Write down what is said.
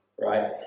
right